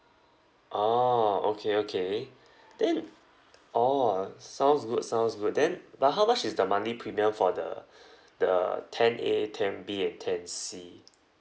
orh okay okay then orh sounds good sounds good then but how much is the monthly premium for the the ten A ten B and ten C